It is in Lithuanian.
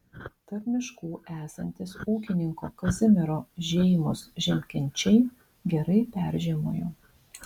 tarp miškų esantys ūkininko kazimiro žeimos žiemkenčiai gerai peržiemojo